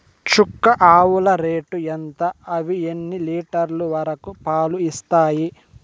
చుక్క ఆవుల రేటు ఎంత? అవి ఎన్ని లీటర్లు వరకు పాలు ఇస్తాయి?